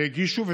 והגישו.